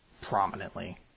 prominently